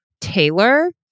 Taylor